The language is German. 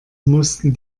mussten